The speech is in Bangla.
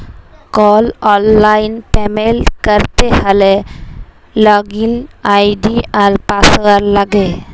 কল অললাইল পেমেল্ট ক্যরতে হ্যলে লগইল আই.ডি আর পাসঅয়াড় লাগে